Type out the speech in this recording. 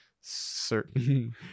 certain